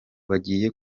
bagiye